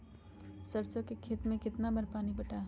सरसों के खेत मे कितना बार पानी पटाये?